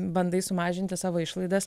bandai sumažinti savo išlaidas